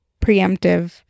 preemptive